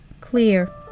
clear